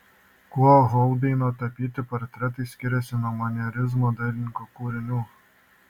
kuo holbeino tapyti portretai skiriasi nuo manierizmo dailininkų kūrinių